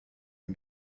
and